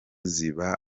ziba